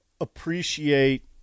appreciate